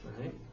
Right